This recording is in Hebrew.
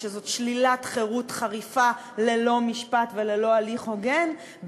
שזאת שלילת חירות חריפה ללא משפט וללא הליך הוגן,